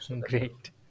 great